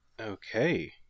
okay